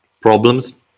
problems